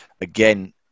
again